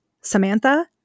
Samantha